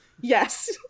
Yes